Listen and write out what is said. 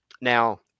now